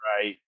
right